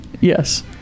yes